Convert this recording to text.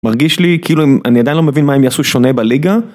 מרגיש לי כאילו אני עדיין לא מבין מה הם יעשו שונה בליגה.